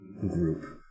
group